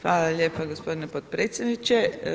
Hvala lijepa gospodine potpredsjedniče.